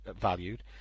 valued